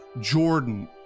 Jordan